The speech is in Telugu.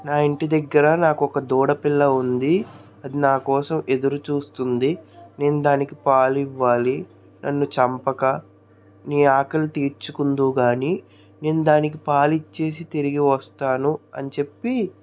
నా ఇంటి దగ్గర నాకు ఒక దూడపిల్ల ఉంది అది నా కోసం ఎదురుచూస్తుంది నేను దానికి పాలివ్వాలి నన్ను చంపకు నీ ఆకలి తీర్చుకుందువు కాని నేను దానికి పాలిచ్చేసి తిరిగి వస్తాను అని చెప్పి